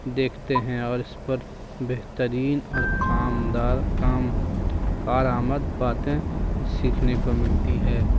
دیکھتے ہیں اور اس پر بہترین اور کامدار کام کارآمد باتیں سیکھنے کو ملتی ہے